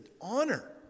honor